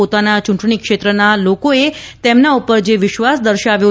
પોતાના ચૂંટણીક્ષેત્રના લોકોએ તેમના પર જે વિશ્વાસ દર્શાવ્યો